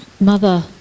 mother